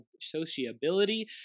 sociability